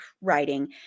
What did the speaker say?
writing